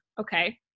Okay